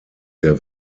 der